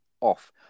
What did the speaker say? off